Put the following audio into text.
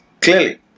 clearly